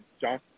john